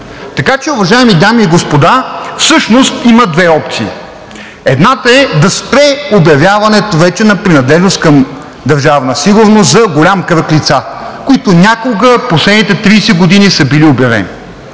Така че, уважаеми дами и господа, всъщност има две опции. Едната е да спре вече обявяването на принадлежност към Държавна сигурност за голям кръг лица, които някога в последните 30 години са били обявени,